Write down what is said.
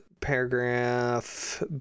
paragraph